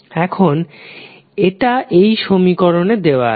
এখন এটা এই সমীকরণে দেওয়া আছে